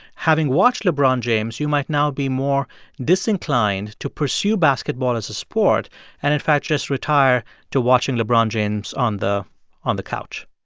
having watched lebron james, you might now be more disinclined to pursue basketball as a sport and in fact just retire to watching lebron james on the on the couch?